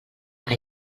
que